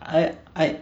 I I